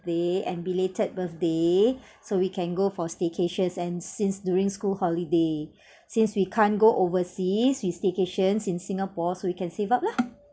and belated birthday so we can go for staycations and since during school holiday since we can't go overseas we staycations in singapore so you can save up lah